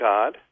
God